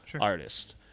artist